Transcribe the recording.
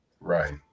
Right